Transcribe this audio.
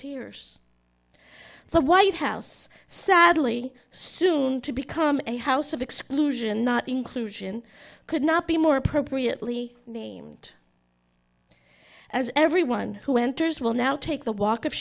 tears for white house sadly soon to become a house of exclusion not inclusion could not be more appropriately named as everyone who enters will now take the walk of